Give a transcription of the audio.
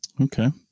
Okay